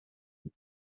биз